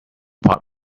part